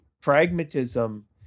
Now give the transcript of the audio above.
pragmatism